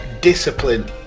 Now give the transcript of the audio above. discipline